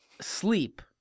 sleep